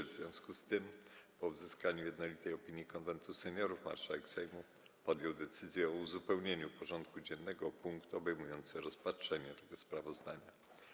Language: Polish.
W związku z tym, po uzyskaniu jednolitej opinii Konwentu Seniorów, marszałek Sejmu podjął decyzję o uzupełnieniu porządku dziennego o punkt obejmujący rozpatrzenie tego sprawozdania.